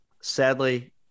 Sadly